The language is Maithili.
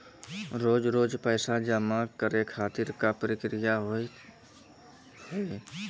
रोज रोज पैसा जमा करे खातिर का प्रक्रिया होव हेय?